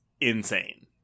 insane